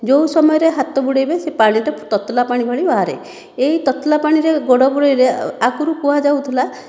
ଯେଉଁ ସମୟରେ ହାତ ବୁଡ଼େଇବେ ସେ ପାଣିଟା ତତଲା ପାଣି ଭଳି ବାହାରେ ଏହି ତତଲା ପାଣିରେ ଗୋଡ଼ ବୁଡ଼େଇଲେ ଆଗରୁ କୁହାଯାଉଥିଲା